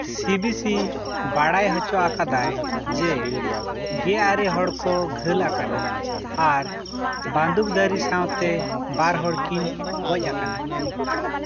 ᱥᱤ ᱵᱤ ᱥᱤ ᱵᱟᱲᱟᱭ ᱦᱚᱪᱚ ᱟᱠᱟᱫᱟᱭ ᱡᱮ ᱜᱮ ᱟᱨᱮ ᱦᱚᱲ ᱠᱚ ᱜᱷᱟᱹᱞ ᱟᱠᱟᱱᱟ ᱟᱨ ᱵᱟᱹᱱᱫᱩᱠ ᱫᱷᱟᱹᱨᱤ ᱥᱟᱶᱛᱮ ᱵᱟᱨ ᱦᱚᱲ ᱠᱤᱱ ᱜᱚᱡ ᱟᱠᱟᱱᱟ